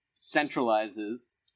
centralizes